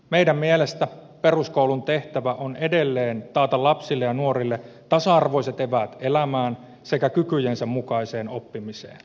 meidän mielestämme peruskoulun tehtävä on edelleen taata lapsille ja nuorille tasa arvoiset eväät elämään sekä kykyjensä mukaiseen oppimiseen